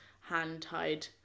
hand-tied